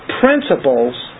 principles